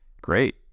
great